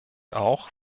auch